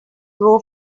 grow